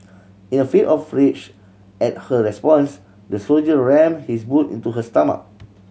in a fit of rage at her response the soldier rammed his boot into her stomach